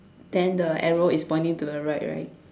then the arrow is pointing to the right right